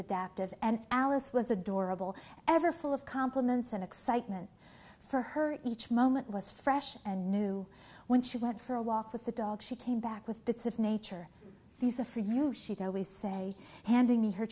adaptive and alice was adorable ever full of compliments and excitement for her each moment was fresh and new when she went for a walk with the dog she came back with bits of nature these are for you she'd always say handing